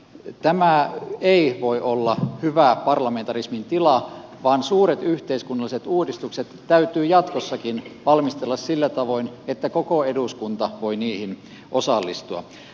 tämä ei voi olla hyvä parlamentarismin tila vaan suuret yhteiskunnalliset uudistukset täytyy jatkossakin valmistella sillä tavoin että koko eduskunta voi niihin osallistua